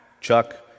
Chuck